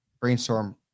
brainstorm